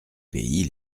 pays